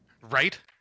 Right